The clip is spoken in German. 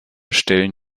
stellen